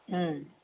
ம்